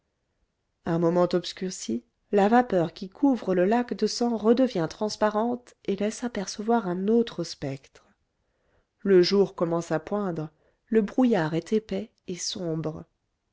un moment obscurcie la vapeur qui couvre le lac de sang redevient transparente et laisse apercevoir un autre spectre le jour commence à poindre le brouillard est épais et sombre